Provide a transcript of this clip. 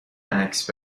عکس